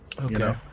Okay